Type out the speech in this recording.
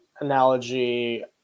analogy